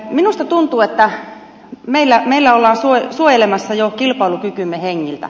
minusta tuntuu että meillä ollaan suojelemassa jo kilpailukykymme hengiltä